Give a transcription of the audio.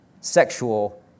sexual